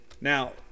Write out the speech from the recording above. Now